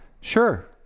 Sure